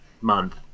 month